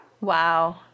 Wow